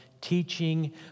teaching